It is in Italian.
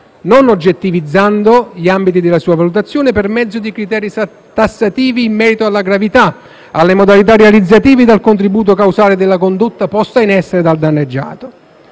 ma oggettivizzando gli ambiti della sua valutazione per mezzo di criteri tassativi in merito alla gravità, alle modalità realizzative ed al contributo causale della condotta posta in essere dal danneggiato.